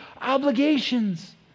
obligations